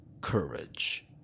courage